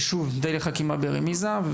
שוב, די לחכימא ברמיזא.